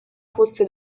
fosse